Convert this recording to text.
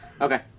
Okay